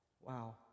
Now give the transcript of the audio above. Wow